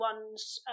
ones